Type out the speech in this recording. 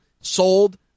sold